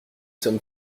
sommes